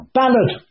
ballad